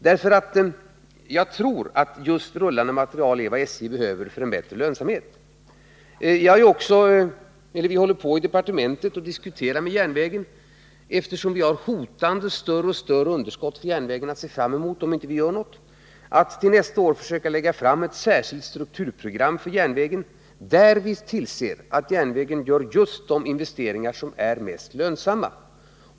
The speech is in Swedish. Jag tror nämligen att just rullande materiel är vad SJ behöver för en bättre lönsamhet. Vi håller i departementet på och diskuterar med järnvägen, eftersom vi har ett hotande större och större underskott för järnvägen att se fram emot, om vi inte gör någonting. Vi avser att för nästa år lägga fram ett särskilt strukturprogram för järnvägen, där vi tillser att järnvägen gör just de investeringar som är mest lönsamma.